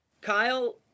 Kyle